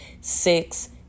six